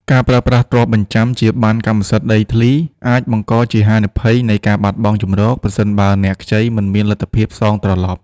ការប្រើប្រាស់ទ្រព្យបញ្ចាំជាប័ណ្ណកម្មសិទ្ធិដីធ្លី អាចបង្កជាហានិភ័យនៃការបាត់បង់ជម្រក ប្រសិនបើអ្នកខ្ចីមិនមានលទ្ធភាពសងត្រឡប់។